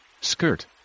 skirt